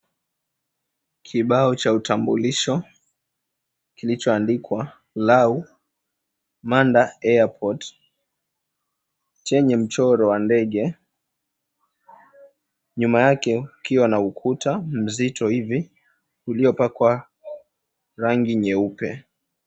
Kibao cha utambulisho kilichoandikiwa, Lau Manda Airport chenye mchoro wa ndege nyuma yake kukiwa na ukuta mzito hivi ilio pakwa rangi nyeupe.